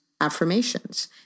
affirmations